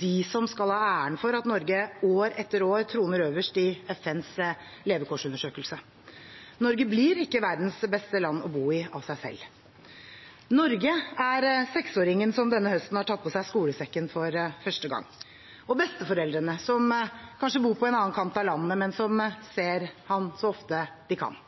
de som skal ha æren for at Norge år etter år troner øverst i FNs levekårsundersøkelse. Norge blir ikke verdens beste land å bo i av seg selv. Norge er seksåringen som denne høsten har tatt på seg skolesekken for første gang, og besteforeldrene som kanskje bor på en annen kant av landet, men som ser ham så ofte de kan,